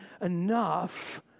enough